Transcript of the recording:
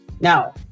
Now